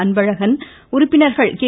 அன்பழகன் உறுப்பினர்கள் கே